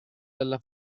della